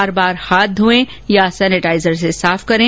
बार बार हाथ धोएं या सेनेटाइजर से साफ करें